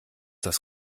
das